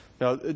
Now